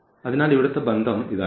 അതിനാൽ ഇവിടുത്തെ ബന്ധം ഇതായിരിക്കും